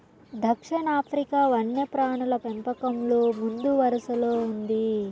దక్షిణాఫ్రికా వన్యప్రాణుల పెంపకంలో ముందువరసలో ఉంది